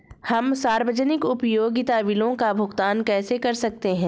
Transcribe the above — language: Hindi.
हम सार्वजनिक उपयोगिता बिलों का भुगतान कैसे कर सकते हैं?